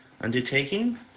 undertaking